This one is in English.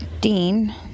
Dean